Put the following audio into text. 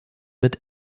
mit